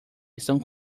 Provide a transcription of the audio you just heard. estão